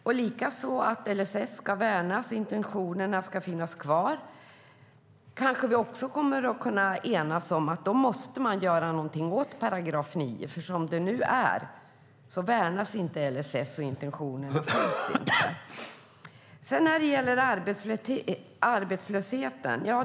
När det gäller att LSS ska värnas och intentionerna finnas kvar kommer vi kanske också att kunna enas om att man måste göra någonting åt § 9. Som det är nu värnas inte LSS, och intentionerna följs inte.